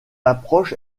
approche